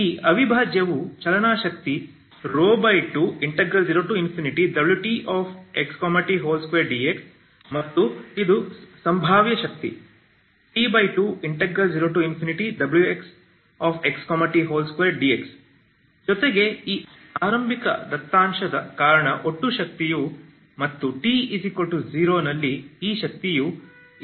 ಈ ಅವಿಭಾಜ್ಯವು ಚಲನ ಶಕ್ತಿ 20wtxt2dx ಮತ್ತು ಇದು ಸಂಭಾವ್ಯ ಶಕ್ತಿ T20wxxt2dx ಜೊತೆಗೆ ಈ ಆರಂಭಿಕ ದತ್ತಾಂಶದ ಕಾರಣ ಒಟ್ಟು ಶಕ್ತಿಯು ಮತ್ತು t0 ನಲ್ಲಿ ಈ ಶಕ್ತಿಯು Ew00 ಆಗಿದೆ